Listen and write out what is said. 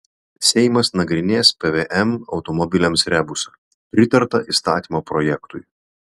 seimas nagrinės pvm automobiliams rebusą pritarta įstatymo projektui